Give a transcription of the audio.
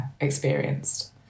experienced